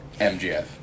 MGF